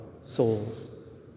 souls